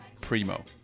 Primo